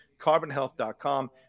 carbonhealth.com